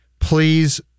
Please